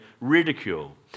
ridicule